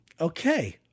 Okay